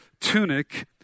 tunic